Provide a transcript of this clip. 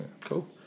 Cool